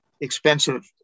expensive